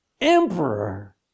emperor